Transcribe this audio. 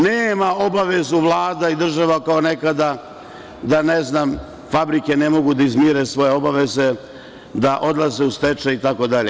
Nema obavezu Vlada i država kao nekada da, ne znam, fabrike ne mogu da izmire svoje obaveze, da odlaze u stečaj itd.